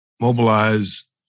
mobilize